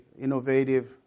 innovative